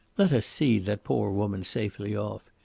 let us see that poor woman safely off.